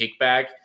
kickback